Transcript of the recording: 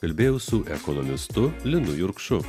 kalbėjau su ekonomistu linu jurkšu